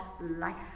life